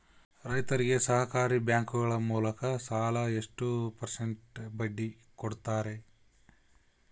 ರೈತರಿಗೆ ಸಹಕಾರಿ ಬ್ಯಾಂಕುಗಳ ಮೂಲಕ ಕೊಡುವ ಸಾಲ ಎಷ್ಟು ಪರ್ಸೆಂಟ್ ಬಡ್ಡಿ ಕೊಡುತ್ತಾರೆ?